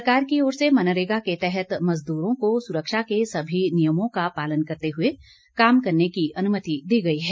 सरकार की ओर से मनरेगा के तहत मजदूरों को सुरक्षा के सभी नियमों का पालन करते हुए काम करने की अनुमति दी गई है